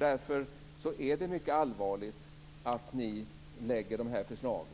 Därför är det mycket allvarligt att ni lägger fram dessa förslag.